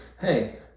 hey